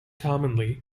commonly